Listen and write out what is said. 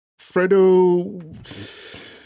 Fredo